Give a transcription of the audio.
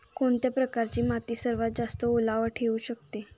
कोणत्या प्रकारची माती सर्वात जास्त ओलावा ठेवू शकते?